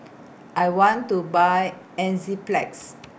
I want to Buy Enzyplex